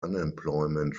unemployment